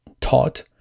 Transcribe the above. taught